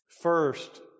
First